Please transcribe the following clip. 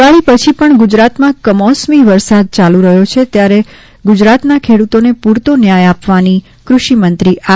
દિવાળી પછી પણ ગુજરાતમાં કમોસમી વરસાદ યાલુ રહ્યો છે ત્યારે ગુજરાતના ખેડૂતોને પૂરતો ન્યાય આપવાની કૃષિમંત્રી આર